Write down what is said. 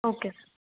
okay sir